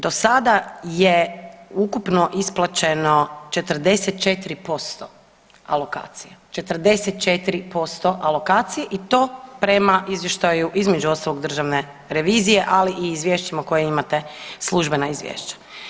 Do sada je ukupno isplaćeno 44% alokacije, 44% alokacije i to prema izvještaju između ostalog državne revizije, ali i izvješćima koje imate, službena izvješća.